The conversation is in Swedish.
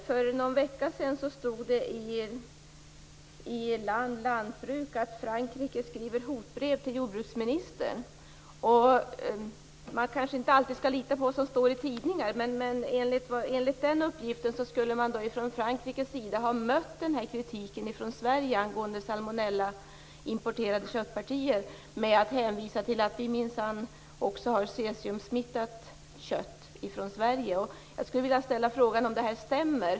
Fru talman! För någon vecka sedan stod det i Land lantbruk att Frankrike skriver hotbrev till jordbruksministern. Man kanske inte alltid skall lita på det som står i tidningar, men enligt den uppgiften skulle man från Frankrikes sida ha bemött kritiken från Sverige angående salmonella i importerade köttpartier med att hänvisa till att man minsann också har cesiumsmittat kött från Sverige. Jag skulle vilja fråga om det här stämmer.